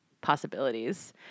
possibilities